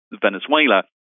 Venezuela